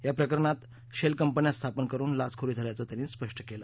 याप्रकरणात शेल कंपन्या स्थापन करुन लाच खोरी झाल्याचं त्यांनी रुपष्ट केलं